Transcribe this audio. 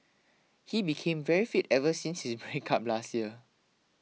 he became very fit ever since his breakup last year